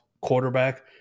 quarterback –